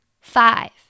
Five